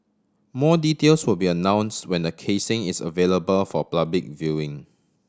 more details will be announce when the casing is available for public viewing